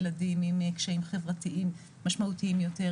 ילדים עם קשיים חברתיים משמעותיים יותר,